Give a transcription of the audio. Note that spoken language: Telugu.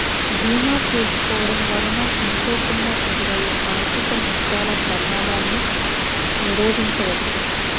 భీమా చేసుకోడం వలన అనుకోకుండా ఎదురయ్యే ఆర్థిక నష్టాల ప్రమాదాన్ని నిరోధించవచ్చు